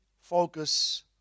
focus